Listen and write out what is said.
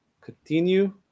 continue